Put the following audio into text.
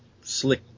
slick